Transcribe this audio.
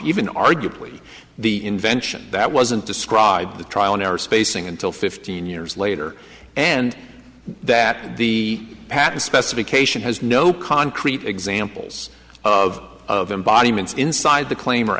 even arguably the invention that wasn't described the trial and error spacing until fifteen years later and that the patent specification has no concrete examples of of embodiments inside the claim or